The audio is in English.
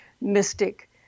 mystic